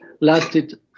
lasted